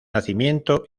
nacimiento